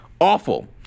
awful